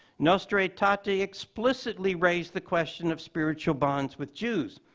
nostra aetate explicitly raised the question of spiritual bonds with jews,